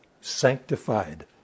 sanctified